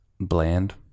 bland